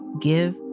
Give